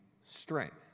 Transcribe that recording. strength